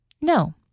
No